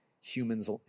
humans